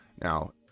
Now